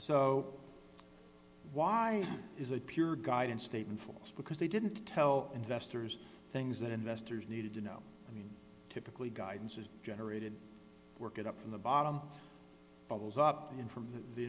so why is a pure guidance statement falls because they didn't tell investors things that investors needed to know i mean typically guidance is generated work at up from the bottom bubbles up in from the